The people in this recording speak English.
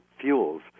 fuels